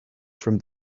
from